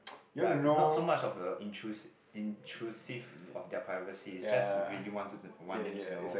ya it's not so much of a intrus~ intrusive of their privacy it's just really wanted to want them to know